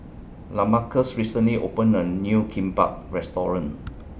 Lamarcus recently opened A New Kimbap Restaurant